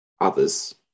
others